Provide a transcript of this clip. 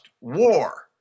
war